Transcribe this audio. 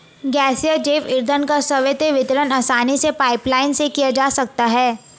गैसीय जैव ईंधन का सर्वत्र वितरण आसानी से पाइपलाईन से किया जा सकता है